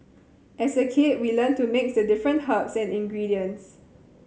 as a kid we learnt to mix the different herbs and ingredients